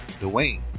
Dwayne